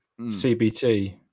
CBT